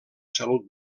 salut